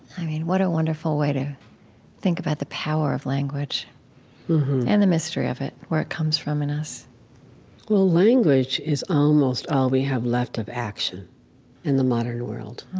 i mean, what a wonderful way to think about the power of language and the mystery of it, where it comes from in us well, language is almost all we have left of action in the modern world.